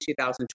2020